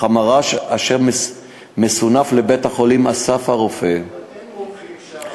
אך המר"ש אשר מסונף לבית-החולים "אסף הרופא" אין מומחים שם.